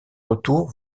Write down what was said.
retour